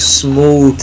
small